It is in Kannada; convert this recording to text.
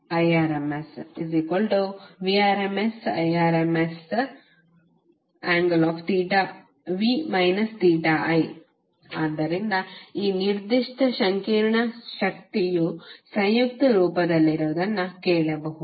S12VIVrmsIrmsVrmsIrmsv i ಆದ್ದರಿಂದ ಈ ನಿರ್ದಿಷ್ಟ ಸಂಕೀರ್ಣ ಶಕ್ತಿಯು ಸಂಯುಕ್ತ ರೂಪದಲ್ಲಿರುವುದನ್ನು ಕೇಳಬಹುದು